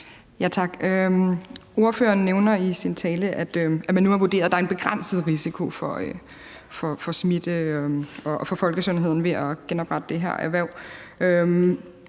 Tak. Ordføreren nævner i sin tale, at man nu har vurderet, at der er en begrænset risiko for smitte og for folkesundheden ved at genoprette det her erhverv,